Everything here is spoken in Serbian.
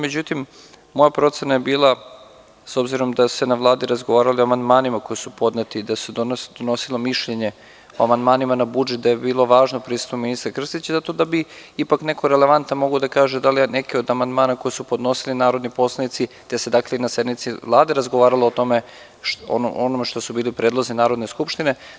Međutim, moja procena je bila, s obzirom da se na Vladi razgovaralo o amandmanima koji su podneti da se donosilo mišljenje o amandmanima na budžet, da je bilo važno prisustvo ministra Krstića, zato da bi ipak neko relevantan mogao da kaže da li neki od amandman koji su podnosili narodni poslanici, te se dakle i na sednici Vlade razgovaralo o onome što su bili predlozi Narodne skupštine.